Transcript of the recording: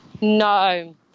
No